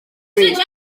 breeze